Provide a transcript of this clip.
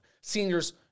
Seniors